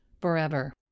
forever